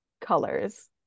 colors